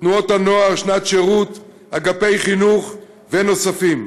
תנועות הנוער, שנת שירות, אגפי חינוך ונוספים.